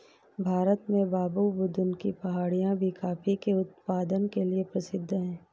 भारत में बाबाबुदन की पहाड़ियां भी कॉफी के उत्पादन के लिए प्रसिद्ध है